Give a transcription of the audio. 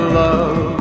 love